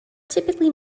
typically